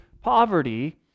poverty